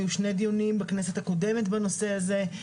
היו שני דיונים בכנסת הקודמת בנושא הזה,